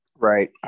right